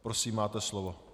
Prosím, máte slovo.